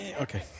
okay